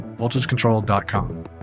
VoltageControl.com